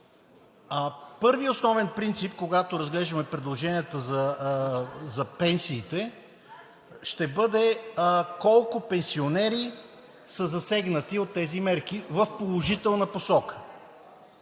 Първият основен принцип, когато разглеждаме предложенията за пенсиите, ще бъде колко пенсионери са засегнати от тези мерки в положителна посока?